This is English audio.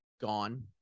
gone